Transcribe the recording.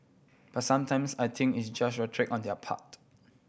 but sometimes I think it's just on their part